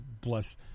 bless